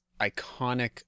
iconic